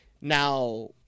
Now